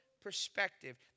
perspective